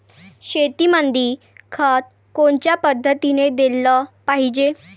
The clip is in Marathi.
शेतीमंदी खत कोनच्या पद्धतीने देलं पाहिजे?